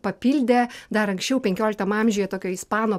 papildė dar anksčiau penkioliktam amžiuje tokio ispano